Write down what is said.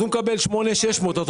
הוא מקבל 8,600 שקלים.